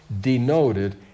denoted